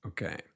Okay